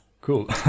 Cool